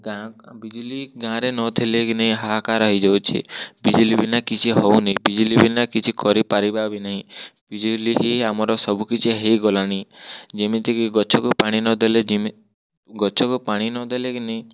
ଗାଁ ବିଜୁଳି ଗାଁରେ ନଥିଲେ କିନି ହାହାକାର ହେଇଯାଉଛି ବିଜୁଳି ବିନା କିଛି ହେଉନି ବିଜୁଳି ବିନା କିଛି କରିପାରିବା ବି ନାହିଁ ବିଜୁଳି ହିଁ ଆମର ସବୁ କିଛି ହେଇଗଲାଣି ଯେମିତି କି ଗଛକୁ ପାଣି ନ ଦେଲେ ଯେମିତି ଗଛକୁ ପାଣି ନ ଦେଲେ କିନି